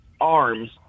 arms